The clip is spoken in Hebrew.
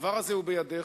הדבר הזה הוא בידיך,